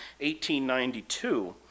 1892